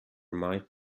might